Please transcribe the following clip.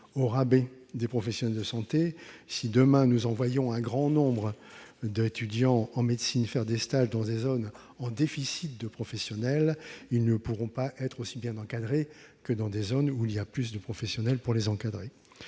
au rabais des professionnels de santé. Si demain, nous envoyons un grand nombre d'étudiants en médecine faire des stages dans des zones en déficit de professionnels, ils ne seront pas aussi bien encadrés que ceux dont les stages se déroulent dans des zones mieux pourvues en